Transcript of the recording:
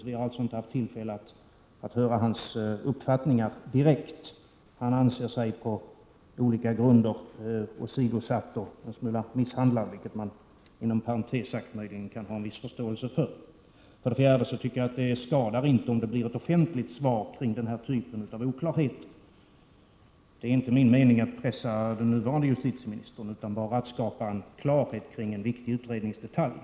Vi har alltså inte haft tillfälle att höra hans uppfattningar direkt. Han anser sig på olika grunder vara åsidosatt och en smula misshandlad, vilket man inom parentes sagt möjligen kan ha en viss förståelse för. För det fjärde: Jag tycker att det inte skadar om det blir ett offentligt svar när det gäller den här typen av oklarheter. Det är inte min avsikt att pressa den nuvarande justitieministern utan bara att skapa klarhet kring en viktig utredningsdetalj.